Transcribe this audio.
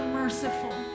merciful